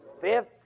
fifth